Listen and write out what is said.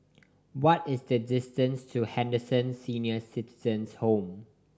what is the distance to Henderson Senior Citizens' Home